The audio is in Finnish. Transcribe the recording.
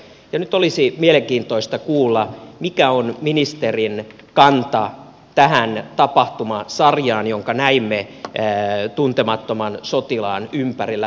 nyt olisi mielenkiintoista kuulla mikä on ministerin kanta tähän tapahtumasarjaan jonka näimme tuntemattoman sotilaan ympärillä